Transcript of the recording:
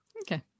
Okay